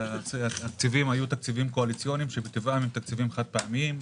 התקציבים היו תקציבים קואליציוניים שמטבעם הם חד-פעמיים.